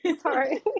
Sorry